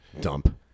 dump